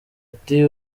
ati